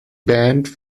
band